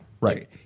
Right